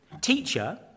Teacher